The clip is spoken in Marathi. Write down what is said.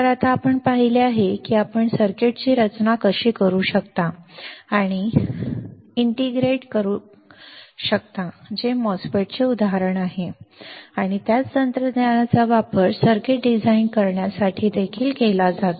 तर आता आपण पाहिले आहे की आपण सर्किटची रचना कशी करू शकता आणि इंटिग्रेटएकीकृत करू शकता जे MOSFET चे उदाहरण आहे आणि त्याच तंत्रज्ञानाचा वापर सर्किट डिझाइन करण्यासाठी देखील केला जातो